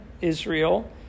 Israel